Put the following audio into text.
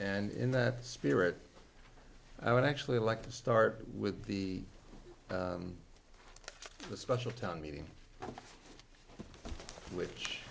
and in that spirit i would actually like to start with the special town meeting which